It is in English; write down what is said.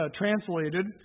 translated